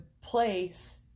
place